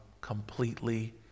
completely